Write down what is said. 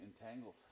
entangles